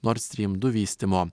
nord strym du vystymo